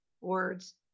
words